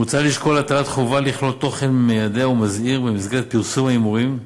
מוצע לשקול הטלת חובה לכלול תוכן מיידע ומזהיר במסגרת פרסום ההימורים,